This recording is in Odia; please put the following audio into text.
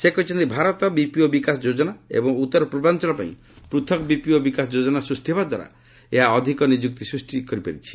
ସେ କହିଛନ୍ତି ଭାରତ ବିପିଓ ବିକାଶ ଯୋଜନା ଏବଂ ଉତ୍ତର ପୂର୍ବାଞ୍ଚଳ ପାଇଁ ପୃଥକ୍ ବିପିଓ ବିକାଶ ଯୋଜନା ସୃଷ୍ଟି ହେବା ଦ୍ୱାରା ଏହା ଅଧିକ ନିଯୁକ୍ତି ସୁଯୋଗ ସୃଷ୍ଟି କରିପାରିଛି